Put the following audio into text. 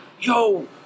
yo